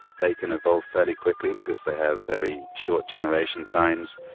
they can evolve fairly quickly because they have very short generation times.